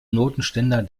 notenständer